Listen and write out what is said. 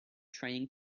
trying